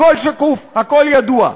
הכול שקוף, הכול ידוע.